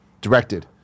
directed